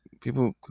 people